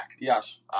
Yes